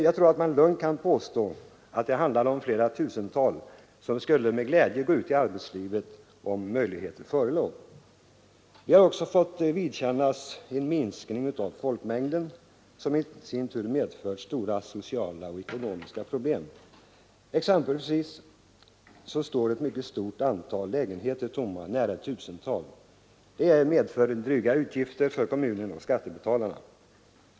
Jag tror att man lugnt kan påstå att det handlar om flera tusental, som med glädje skulle gå ut i arbetslivet om möjligheter förelåg. Vi har också fått vidkännas en minskning av folkmängden, som i sin tur medfört stora sociala och ekonomiska problem. Exempelvis står ett mycket stort antal lägenheter tomma — nära ett tusental — och det medför dryga utgifter för kommunen och skattebetalarna.